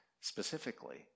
specifically